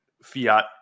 fiat